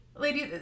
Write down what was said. ladies